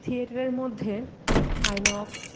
থিয়েটারের মধ্যে আইনক্স